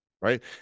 Right